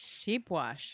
Sheepwash